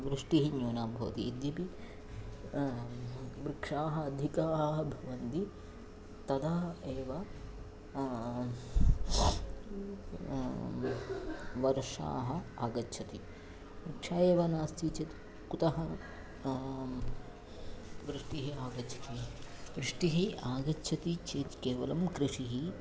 वृष्टिः न्यूना भवति यद्यपि वृक्षाः अधिकाः भवन्ति तदा एव वर्षा आगच्छति वृक्षः एव नास्ति चेत् कुतः वृष्टिः आगच्छति वृष्टिः आगच्छति चेत् केवलं कृषिः